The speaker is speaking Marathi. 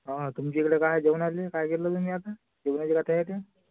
हा तुमच्या इकडे काय आहे जेवणाला काय केलं तुम्ही आता जेवणाची का तयारी आहे